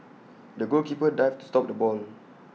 the goalkeeper dived to stop the ball